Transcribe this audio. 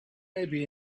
maybe